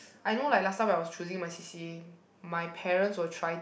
I know like last time I was choosing my C_C_A my parents will try